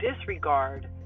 disregard